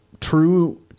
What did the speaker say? true